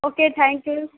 okay thank you